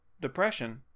depression